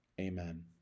Amen